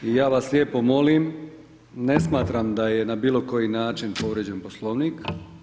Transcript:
I ja vas lijepo molim ne smatram da je na bilo koji način povrijeđen Poslovnik.